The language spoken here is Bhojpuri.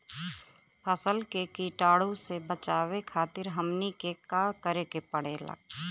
फसल के कीटाणु से बचावे खातिर हमनी के का करे के पड़ेला?